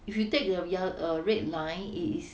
if you take the ye~ err red line it is